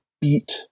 beat